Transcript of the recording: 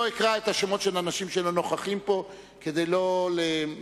אני לא אקרא שמות של אנשים שלא נוכחים פה כדי לא להביך.